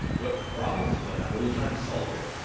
what problems do they have? what are you trying to solve here?